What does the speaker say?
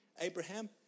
Abraham